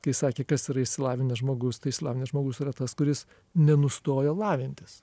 kai sakė kas yra išsilavinęs žmogus tai išsilavinęs žmogus yra tas kuris nenustoja lavintis